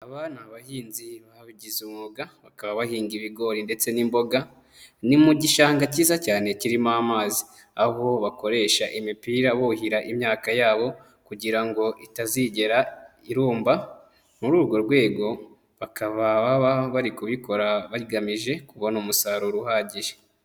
Aba ni abahinzi babigize umwuga, bakaba bahinga ibigori ndetse n'imboga, ni mu gishanga cyiza cyane kirimo amazi, aho bakoresha imipira buhira imyaka yabo kugira ngo itazigera irumba, muri urwo rwego bakaba baba bari kubikora bagamije kubona umusaruro uhagije.